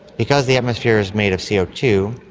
because the atmosphere is made of c o two,